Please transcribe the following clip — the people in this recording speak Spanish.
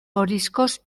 moriscos